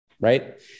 Right